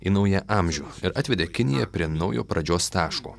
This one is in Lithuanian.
į naują amžių ir atvedė kiniją prie naujo pradžios taško